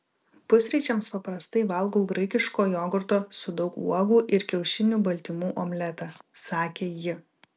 pusryčiams paprastai valgau graikiško jogurto su daug uogų ir kiaušinių baltymų omletą sakė ji